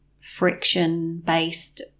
friction-based